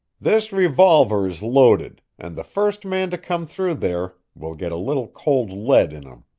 this revolver is loaded, and the first man to come through there will get a little cold lead in him.